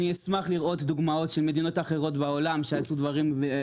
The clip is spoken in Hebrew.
אשמח לראות דוגמאות של מדינות אחרות בעולם שעשו דברים.